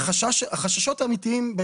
החששות האמיתיים,